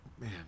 man